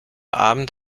abend